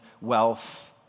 wealth